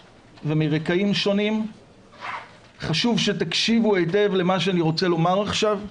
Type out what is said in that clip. ומרקע שונה חשוב שתקשיבו היטב אל מה שאני רוצה לומר עכשיו.